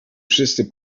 wszyscy